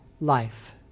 life